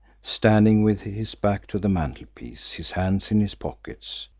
standing with his back to the mantelpiece, his hands in his pockets.